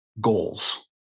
goals